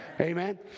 amen